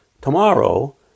tomorrow